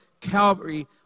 Calvary